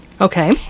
Okay